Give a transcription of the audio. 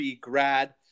Grad